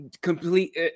complete